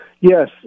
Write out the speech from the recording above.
Yes